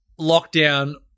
lockdown